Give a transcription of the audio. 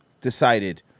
decided